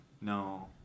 No